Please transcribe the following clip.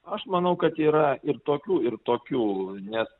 aš manau kad yra ir tokių ir tokių nes